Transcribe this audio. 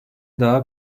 daha